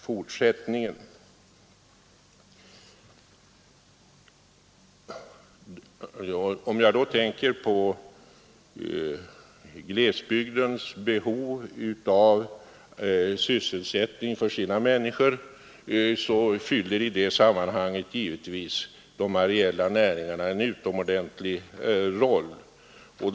För glesbygdens behov av sysselsättning fyller i detta sammanhang givetvis de areella näringarna en utomordentligt viktig uppgift.